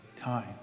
time